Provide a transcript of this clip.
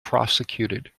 prosecuted